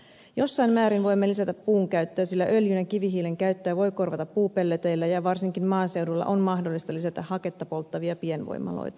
jossain määrin voimme lisätä puun käyttöä sillä öljyn ja kivihiilen käyttöä voi korvata puupelleteillä ja varsinkin maaseudulla on mahdollista lisätä haketta polttavia pienvoimaloita